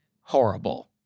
horrible